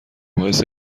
باعث